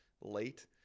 late